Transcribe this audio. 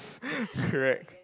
correct